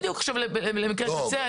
בדיוק, למקרה קצה.